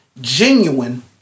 genuine